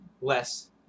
less